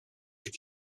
ist